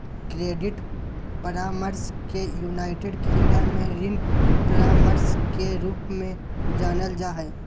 credit परामर्श के United Kingdom में ऋण परामर्श के रूप में जानल जा हइ